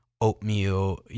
oatmeal